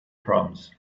proms